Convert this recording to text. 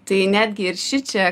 tai netgi ir šičia